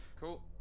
Cool